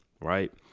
right